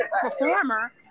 performer